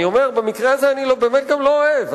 אני אומר שבמקרה הזה אני באמת גם לא אוהב.